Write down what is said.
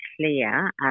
clear